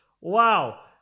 Wow